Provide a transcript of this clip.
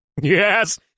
Yes